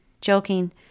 joking